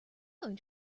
going